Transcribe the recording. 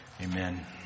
Amen